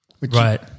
Right